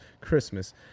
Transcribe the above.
Christmas